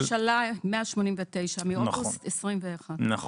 החלטת ממשלה 189 מאוגוסט 2021. נכון.